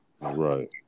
right